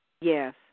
Yes